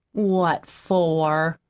what for?